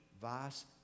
vice